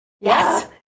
yes